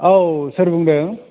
औ सोर बुंदों